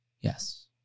Yes